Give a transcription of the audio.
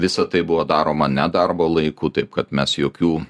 visą tai buvo daroma ne darbo laiku taip kad mes jokių